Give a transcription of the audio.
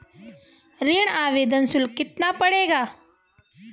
ऋण आवेदन शुल्क कितना पड़ेगा?